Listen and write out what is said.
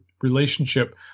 relationship